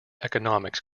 economics